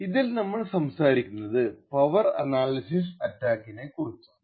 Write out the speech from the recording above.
ഇതിൽ നമ്മൾ സംസാരിക്കുന്നത് പവർ അനാലിസിസ് അറ്റാക്ക്സിനെ കുറിച്ചാണ്